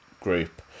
group